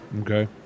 Okay